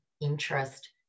interest